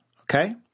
Okay